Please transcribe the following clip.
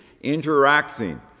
interacting